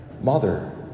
mother